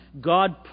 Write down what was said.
God